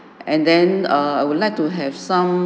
and then err I would like to have some